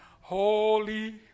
Holy